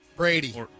Brady